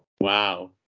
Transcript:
Wow